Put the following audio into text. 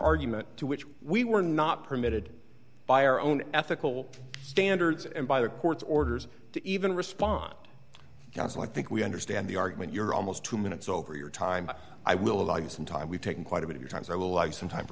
argument to which we were not permitted by our own ethical standards and by the court's orders to even respond counsel i think we understand the argument you're almost two minutes over your time i will allow you some time we've taken quite a bit of time so i will live some t